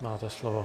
Máte slovo.